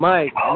Mike